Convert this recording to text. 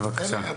בבקשה.